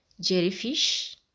jellyfish